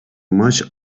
much